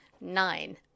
nine